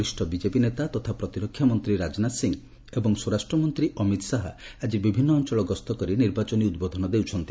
ବରିଷ୍ଠ ବିଜେପି ନେତା ତଥା ପ୍ରତିରକ୍ଷା ମନ୍ତ୍ରୀ ରାଜନାଥ ସିଂହ ଏବଂ ସ୍ୱରାଷ୍ଟ୍ର ମନ୍ତ୍ରୀ ଅମିତ୍ ଶାହା ଆକି ବିଭିନ୍ନ ଅଞ୍ଚଳ ଗସ୍ତ କରି ନିର୍ବାଚନୀ ଉଦ୍ବୋଧନ ଦେଉଛନ୍ତି